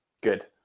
Good